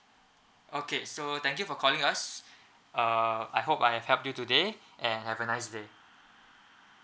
okay so thank you for calling us uh I hope I have helped you today and have a nice day